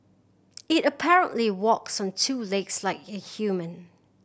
it apparently walks on two legs like a human